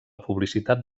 publicitat